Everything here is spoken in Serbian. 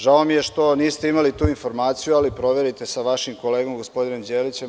Žao mi je što niste imali tu informaciju, ali proverite sa vašim kolegom gospodinom Đelićem.